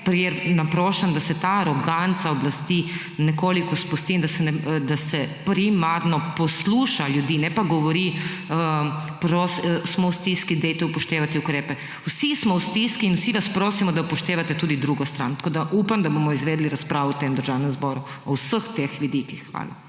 tem pa naprošam, da se ta aroganca oblasti nekoliko spusti in da se primarno posluša ljudi, ne pa govori, smo s stiski, dajte upoštevati ukrepe. Vsi smo v stiski in vsi vas prosimo, da upoštevate tudi drugo stran. Upam, da bomo izvedli razpravo v Državnem zboru o vseh teh vidikih. Hvala.